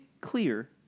clear